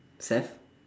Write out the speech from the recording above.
saif